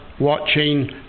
watching